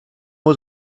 was